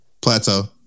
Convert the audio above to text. plateau